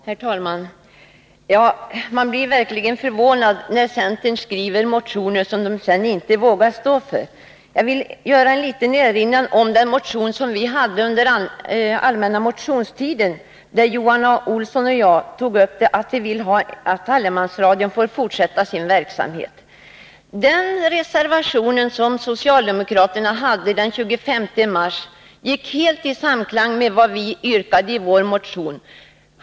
Herr talman! Man blir verkligen förvånad när centerpartister skriver motioner som de sedan inte vågar stå för. Jag vill erinra om en motion som väcktes under allmänna motionstiden, där Johan A. Olsson och jag begärde att allemansradion skulle få fortsätta sin verksamhet. Den reservation som socialdemokraterna avgav i utskottet gick helt i samklang med yrkandet i motionen.